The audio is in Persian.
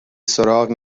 سراغ